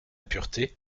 pureté